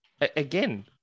again